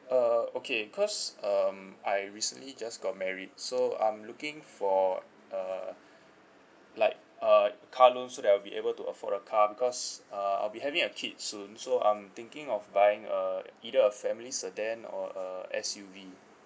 uh okay because um I recently just got married so I'm looking for uh like uh car loan so that I will be able to afford a car because uh I'll be having a kid soon so I'm thinking of buying a either a family sedan or uh S_U_V